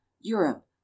Europe